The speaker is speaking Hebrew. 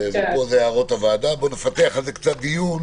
עד פה זה הערות הוועדה ובואו נפתח על זה דיון